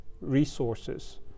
resources